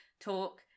talk